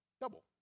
double